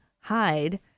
hide